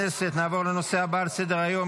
61 בעד, אין מתנגדים, אין נמנעים.